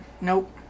Nope